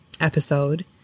episode